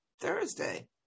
Thursday